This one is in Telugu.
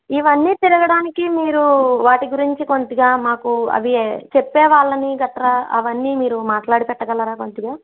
ఇవన్నీ తిరగడానికి మీరు వాటి గురించి కొద్దిగా మాకు అవి చెప్పే వాళ్ళని గట్రా అవన్నీ మీరు మాట్లాడపెట్టగలరా కొద్దిగా